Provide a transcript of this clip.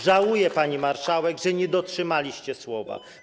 Żałuję, pani marszałek, że nie dotrzymaliście słowa.